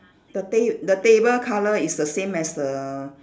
the ta~ the table colour is the same as the